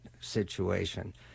situation